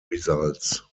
results